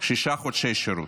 שישה חודשי שירות.